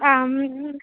आम्